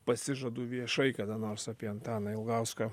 pasižadu viešai kada nors apie antaną ilgauską